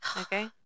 okay